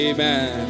Amen